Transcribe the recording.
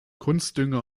kunstdünger